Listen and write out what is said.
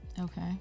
Okay